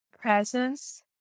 presence